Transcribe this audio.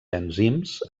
enzims